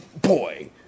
boy